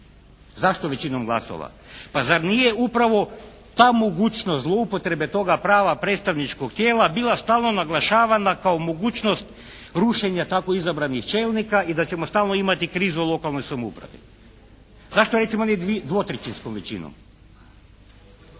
Zašto većinom glasova? Pa zar nije upravo ta mogućnost zloupotrebe toga prava predstavničkog tijela bila stalno naglašavana kao mogućnost rušenja tako izabranih čelnika i da ćemo stalno imati krizu o lokalnoj samoupravi? Zašto recimo nije dvotrećinskom većinom?